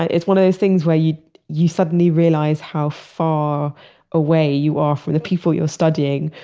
it's one of those things where you you suddenly realize how far away you are from the people you're studying.